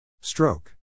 Stroke